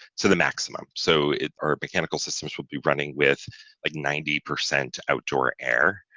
so the maximum. so are mechanical systems will be running with like ninety percent outdoor air,